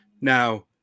Now